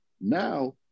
now